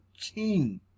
king